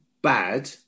Bad